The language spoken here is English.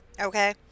okay